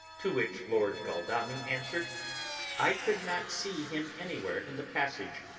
to which lord godalming answered i could not see him anywhere in the passage,